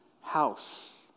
house